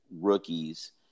rookies